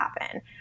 happen